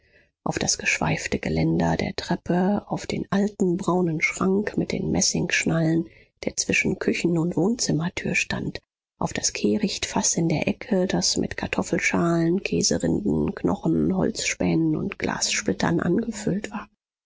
auf das geschweifte geländer der treppe auf den alten braunen schrank mit den messingschnallen der zwischen küchen und wohnzimmertür stand auf das kehrichtfaß in der ecke das mit kartoffelschalen käserinden knochen holzspänen und glassplittern angefüllt war